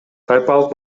тайпалык